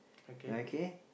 okay